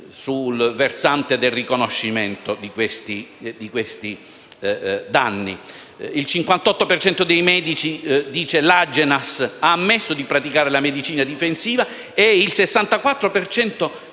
cento dei medici - riferisce l'Agenas - ha ammesso di praticare la medicina difensiva e il 64